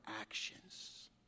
actions